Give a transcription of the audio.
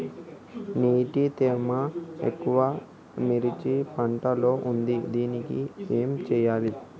నీటి తేమ ఎక్కువ మిర్చి పంట లో ఉంది దీనికి ఏం చేయాలి?